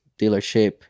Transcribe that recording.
dealership